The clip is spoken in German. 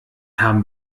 haben